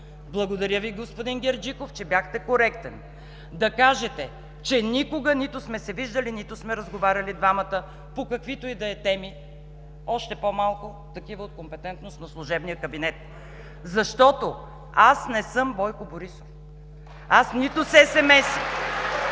Благодаря Ви, господин Герджиков, че бяхте коректен да кажете, че никога нито сме се виждали, нито сме разговаряли двамата по каквито и да е теми, още по-малко такива от компетентност на служебния кабинет. Защото аз не съм Бойко Борисов! (Силни